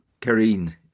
Karine